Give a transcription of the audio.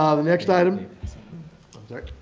ah the next item i'm sorry?